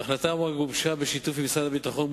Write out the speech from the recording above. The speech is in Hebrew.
ההחלטה גובשה בשיתוף עם משרד הביטחון.